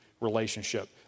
relationship